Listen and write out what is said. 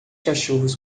cachorros